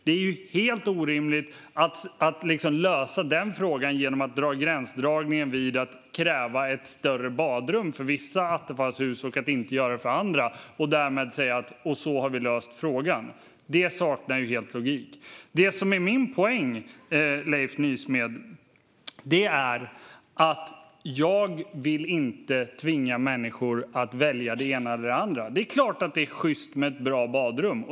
Det är helt orimligt att lösa den frågan genom att dra gränsen vid att kräva ett större badrum för vissa attefallshus och inte göra det för andra och därmed säga att vi har löst frågan. Det saknar helt logik. Det som är min poäng, Leif Nysmed, är att jag inte vill tvinga människor att välja det ena eller det andra. Det är klart att det är sjyst med att bra badrum.